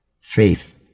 Faith